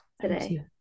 today